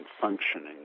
functioning